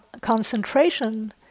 concentration